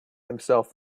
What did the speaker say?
himself